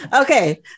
Okay